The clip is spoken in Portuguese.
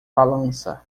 balança